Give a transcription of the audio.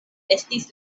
estis